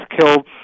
killed